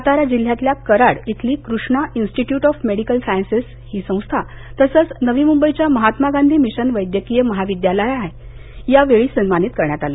सातारा जिल्ह्यातल्या कराड इथली Krishna institute of medical sciences या संस्थेला तसच नवी मुंबईच्या महात्मा गांधी मिशन वैद्यकीय महाविद्यालयालाही या वेळी सन्मानित करण्यात आलं